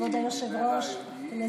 אז איך